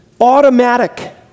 automatic